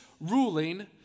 ruling